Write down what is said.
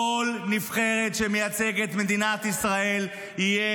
לכל נבחרת שמייצגת את מדינת ישראל יהיה